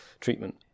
treatment